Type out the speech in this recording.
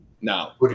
now